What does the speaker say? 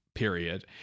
period